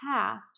past